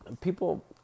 People